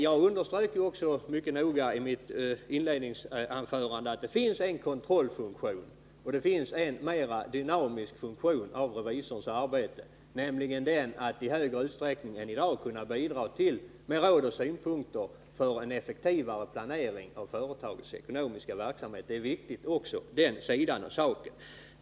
Jag underströk också mycket noga i mitt inledningsanförande att det finns dels en kontrollfunktion, dels en mer dynamisk funktion i revisorernas arbete — nämligen den att i högre utsträckning än i dag bidra med råd och synpunkter beträffande planeringen av företagens ekonomiska verksamhet. Också den sidan av saken är viktig.